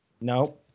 No